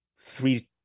three